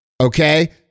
okay